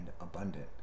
abundant